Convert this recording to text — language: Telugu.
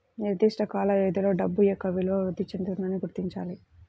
నిర్దిష్ట కాల వ్యవధిలో డబ్బు యొక్క విలువ వృద్ధి చెందుతుందని గుర్తించాలి